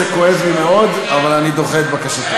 אף שזה כואב לי מאוד, אבל אני דוחה את בקשתך.